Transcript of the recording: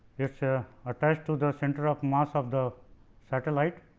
its ah attached to the centre of mass of the satellite.